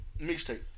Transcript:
mixtape